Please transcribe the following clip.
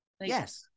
Yes